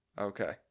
Okay